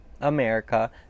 America